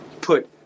Put